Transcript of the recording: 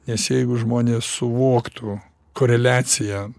nes jeigu žmonės suvoktų koreliaciją